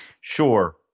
Sure